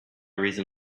reason